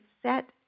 set